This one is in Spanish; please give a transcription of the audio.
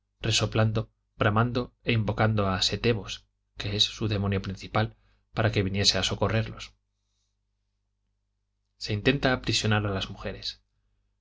resoplando bramando e invocando a setebos que es su demonio principal para que viniese a socorrerlos se intenta aprisionar a las mujeres